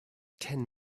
ten